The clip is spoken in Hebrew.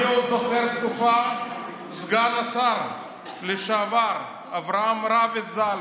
אני עוד זוכר תקופה שבה סגן השר לשעבר אברהם רביץ ז"ל,